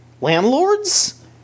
landlords